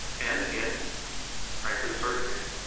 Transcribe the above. and and, frankly, surgeries